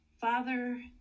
Father